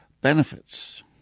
benefits